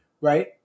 right